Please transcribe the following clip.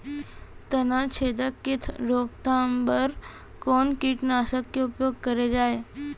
तनाछेदक के रोकथाम बर कोन कीटनाशक के उपयोग करे जाये?